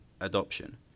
adoption